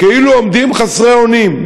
כאילו עומדים חסרי אונים,